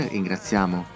ringraziamo